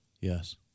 Yes